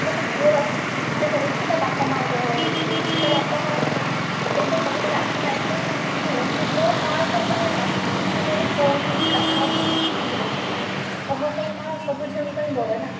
ଗୋଟେ ଝିଅର ଇଚ୍ଛା ଥାଏ ସେ ତା'ବାପା ମାଆଙ୍କ ଭଳିଆ ହେଇଥିବ ଯେମିତି ତା'ବାପା ମାଆ ଏଇଟା କହିଦେଲେ ଆତ୍ମା ଏତେ ଶାନ୍ତି ମିଳେ ମୁଁ ମାଆଙ୍କ ଭଳିଆ ମାଆ ଏ ଦୁନିଆରେ କେଉଁଠି ବି କାହାକୁ ବି ଦେଖିନି ସମସ୍ତଙ୍କ ମାଆ ସବୁ ଝିଅଙ୍କ ପାଇଁ ବଡ଼ ନା